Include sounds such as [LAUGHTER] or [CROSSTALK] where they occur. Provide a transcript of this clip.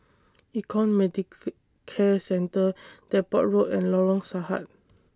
Econ [UNINTELLIGIBLE] Care Centre Depot Road and Lorong Sahad